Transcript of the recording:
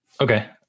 Okay